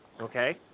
Okay